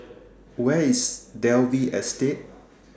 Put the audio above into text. Where IS Dalvey Estate